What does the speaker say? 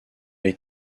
les